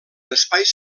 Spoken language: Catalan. espais